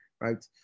right